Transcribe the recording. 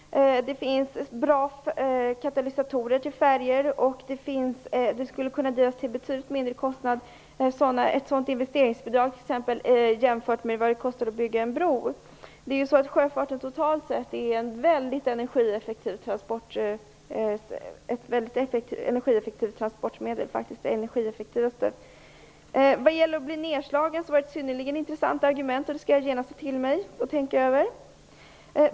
Det finns bra katalysatorer för färjor. Ett sådan investeringsbidrag skulle innebära betydligt mindre kostnader jämfört med vad det kostar att bygga en bro. Sjöfarten är totalt sett en väldigt energieffektivt transportmedel. Det är faktiskt det energieffektivaste. Argumentet att man kan bli nedslagen var synnerligen intressant. Det skall jag genast ta till mig och tänka över.